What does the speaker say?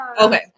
Okay